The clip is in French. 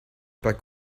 pas